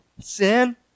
sin